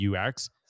UX